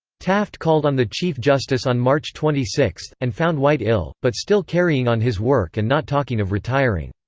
taft called on the chief justice on march twenty six, and found white ill, but still carrying on his work and not talking of retiring.